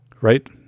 right